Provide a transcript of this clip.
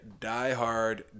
diehard